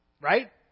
Right